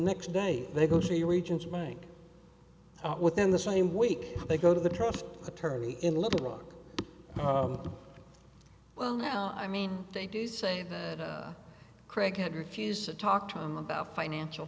next day they go to the regions make out within the same week they go to the trial attorney in little rock well now i mean they do say that craig had refused to talk to them about financial